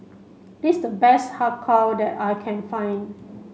this the best Har Kow that I can find